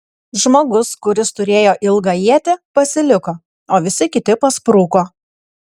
žmogus kuris turėjo ilgą ietį pasiliko o visi kiti paspruko